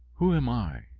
who am i?